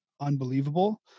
unbelievable